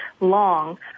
long